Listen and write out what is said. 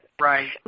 right